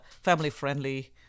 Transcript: family-friendly